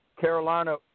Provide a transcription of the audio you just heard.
Carolina